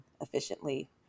efficiently